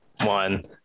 one